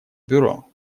бюро